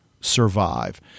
survive